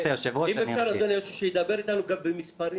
אם אפשר, אדוני, שידבר איתנו גם במספרים.